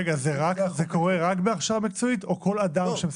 רגע, זה קורה רק בהכשרה מקצועית או לגבי כל אדם?